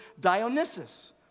Dionysus